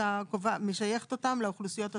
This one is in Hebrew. לסטטיסטיקה משייכת אותן לאוכלוסיות השונות.